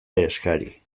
eskari